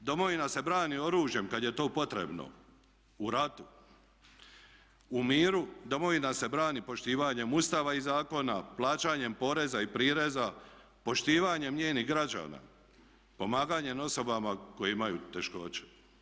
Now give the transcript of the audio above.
Domovina se brani oružjem kad je to potrebno u ratu, u miru domovina se brani poštivanjem Ustava i zakona, plaćanjem poreza i prireza, poštivanjem njenih građana, pomaganjem osobama koje imaju teškoće.